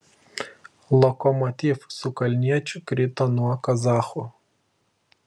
lokomotiv su kalniečiu krito nuo kazachų